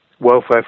welfare